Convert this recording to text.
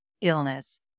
illness